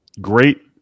great